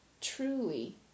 truly